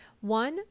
one